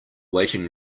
waiting